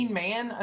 man